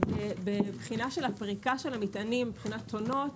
בבחינת פריקת המטענים מבחינת טונות,